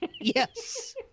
Yes